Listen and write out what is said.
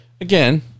again